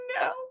no